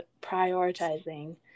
prioritizing